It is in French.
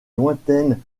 lointaines